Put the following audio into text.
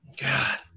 god